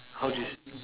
I'll just